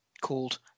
called